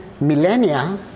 millennia